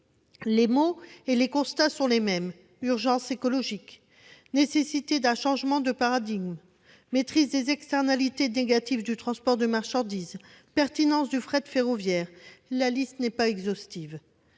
en mission, les constats demeurent les mêmes : urgence écologique, nécessité d'un changement de paradigme, maîtrise des externalités négatives du transport de marchandises, pertinence du fret ferroviaire ... La liste n'est pas exhaustive.